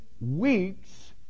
weeks